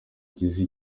ngize